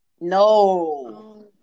No